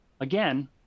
again